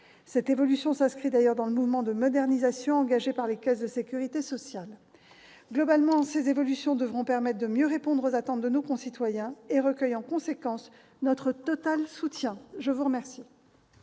Cette évolution s'inscrit d'ailleurs dans le mouvement de modernisation engagé par les caisses de sécurité sociale. Globalement, ces évolutions devront permettre de mieux répondre aux attentes de nos concitoyens et recueillent en conséquence le total soutien du Gouvernement.